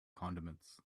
condiments